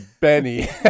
Benny